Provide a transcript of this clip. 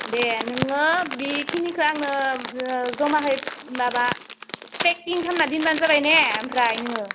दे नोङो बिखिनिखो आंनो जमायै माबा पेकिं खालामना दोनब्लानो जाबाय ने ओमफ्राय नोङो